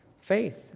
faith